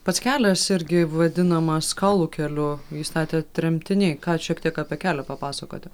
pats kelias irgi vadinamas kaulų keliu jį statė tremtiniai ką šiek tiek apie kelią papasakoti